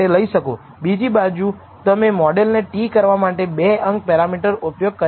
બીજી બાજુ તમે મોડલને t કરવા માટે 2 અંક પેરામીટર ઉપયોગ કર્યા છે